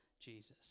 Jesus